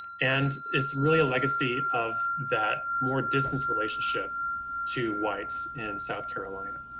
and it's really a legacy of that more distance relationship to whites in south carolina.